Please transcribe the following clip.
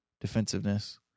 defensiveness